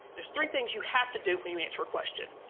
there's three things you have to do when you answer a question.